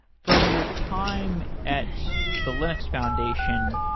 from your time at the linux foundation,